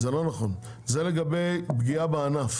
זה לא יהיה להם כנראה כלכלית,